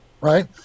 right